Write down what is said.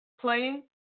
playing